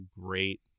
great